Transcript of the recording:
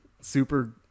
super